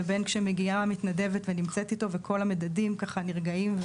לבין כשמגיע מתנדבת ונמצאת איתו וכל המדדים ככה נרגעים.